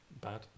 Bad